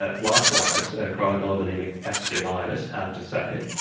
ah likewise, cryoglobulinemic vasculitis, hard to say,